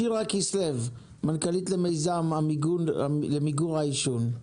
שירה כסלו, מנכ"לית מיזם למיגור העישון.